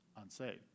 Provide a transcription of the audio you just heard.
unsaved